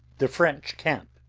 the french camp.